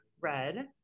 red